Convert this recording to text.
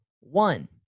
One